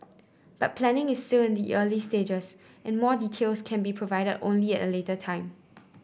but planning is still in the early stages and more details can be provided only at a later time